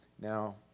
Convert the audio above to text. now